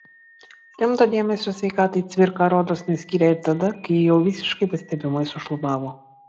rimto dėmesio sveikatai cvirka rodos neskyrė ir tada kai ji jau visiškai pastebimai sušlubavo